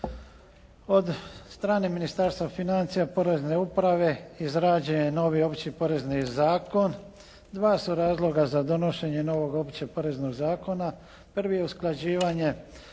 Od stranih ministarstava financija Porezne uprave, izrađen je novi Opći porezni zakon. Dva su razloga za donošenje novog Općeg poreznog zakona. Prvi je usklađivanje